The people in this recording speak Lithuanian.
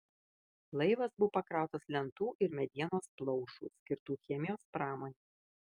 laivas buvo pakrautas lentų ir medienos plaušų skirtų chemijos pramonei